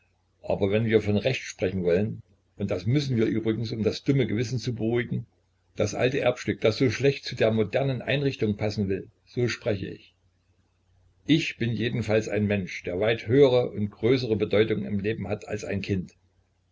aber wenn wir von recht sprechen wollen und das müssen wir übrigens um das dumme gewissen zu beruhigen das alte erbstück das so schlecht zu der modernen einrichtung passen will so spreche ich ich bin jedenfalls ein mensch der weit höhere und größere bedeutung im leben hat als ein kind